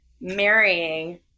marrying